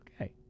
okay